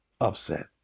upset